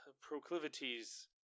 proclivities